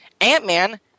Ant-Man